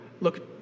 Look